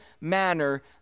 manner